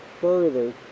further